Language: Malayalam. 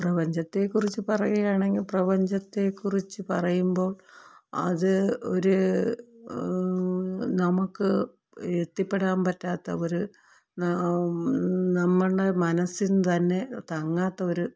പ്രപഞ്ചത്തെ കുറിച്ച് പറയുകയാണെങ്കില് പ്രപഞ്ചത്തെ കുറിച്ച് പറയുമ്പോള് അത് ഒരു നമുക്ക് എത്തിപ്പെടാൻ പറ്റാത്ത ഒരു നമ്മളുടെ മനസ്സിനുതന്നെ താങ്ങാത്ത ഒരു